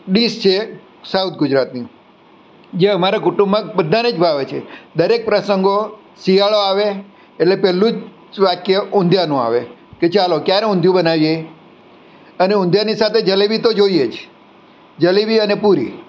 dish છે south ગુજરાતની જે અમારા કુટુંબમાં બધાને જ ભાવે છે દરેક પ્રસંગો શિયાળો આવે એટલે પહેલું જ વાક્ય ઊંધિયાનું આવે કે ચાલો ક્યારે ઊંધિયું બનાવીએ અને ઊંધિયાની સાથે જલેબી તો જોઈએ જ જલેબી અને પુરી